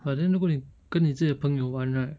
but then 如果你跟你自己的朋友玩 right